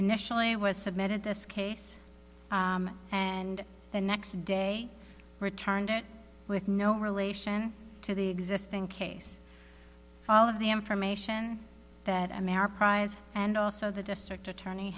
initially was submitted this case and the next day returned it with no relation to the existing case all of the information that america prize and also the district attorney